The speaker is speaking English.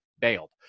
bailed